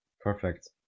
perfect